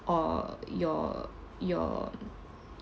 or your your